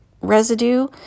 residue